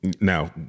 now